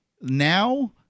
now